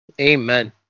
Amen